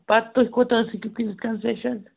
پَتہٕ تُہۍ کوٗتاہ حظ ہیٚکِو کٔرِتھ کَنسیشَن